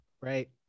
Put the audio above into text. right